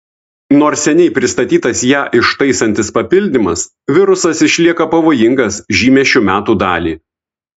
nors seniai pristatytas ją ištaisantis papildymas virusas išlieka pavojingas žymią šių metų dalį